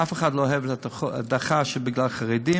אף אחד לא אוהב הדחה בגלל חרדים.